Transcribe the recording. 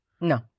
No